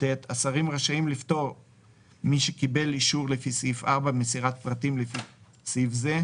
השרים רשאים לפטור מי שקיבל אישור לפי סעיף 4 ממסירת פרטים לפי סעיף זה,